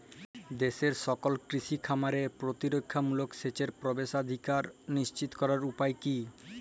দেশের সকল কৃষি খামারে প্রতিরক্ষামূলক সেচের প্রবেশাধিকার নিশ্চিত করার উপায় কি?